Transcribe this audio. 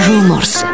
Rumors